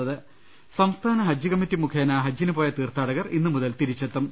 ലലലലലലലലലലലലല സംസ്ഥാന ഹജ്ജ് കമ്മിറ്റി മുഖേന ഹജ്ജിന് പോയ തീർത്ഥാടകർ ഇന്ന് മുതൽ തിരിച്ചെത്തും